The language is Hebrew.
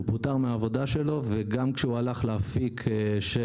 פוטר מהעבודה שלו וגם כשהוא הלך לאפיק של